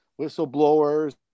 whistleblowers